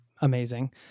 amazing